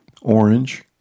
orange